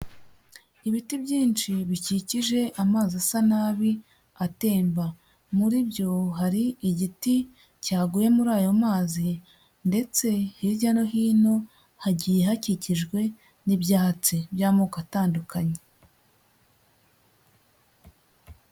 Ibiti byinshi bikikije amazi asa nabi atemba, muri byo hari igiti cyaguye muri ayo mazi ndetse hirya no hino hagiye hakikijwe n'ibyatsi by'amoko atandukanye.